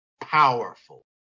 powerful